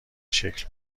شکل